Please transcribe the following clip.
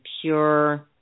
pure